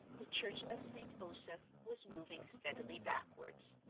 the church of st. osoph was moving steadily backwards.